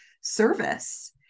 service